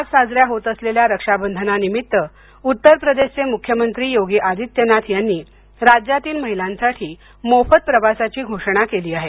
आज साजऱ्या होत असलेल्या रक्षाबंधनानिमित्त उत्तर प्रदेशचे मुख्यमंत्री योगी आदित्यनाथ यांनी राज्यातील महिलांसाठी आज मोफत प्रवासाची घोषणा केली आहे